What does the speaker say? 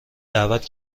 دعوت